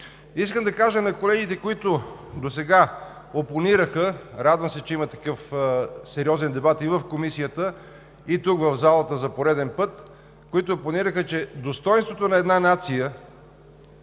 Искам да кажа на колегите, които досега опонираха – радвам се, че има такъв сериозен дебат и в Комисията, и тук в залата за пореден път – че достойнството на една нация